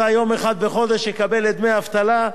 יקבל את דמי האבטלה.